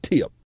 Tip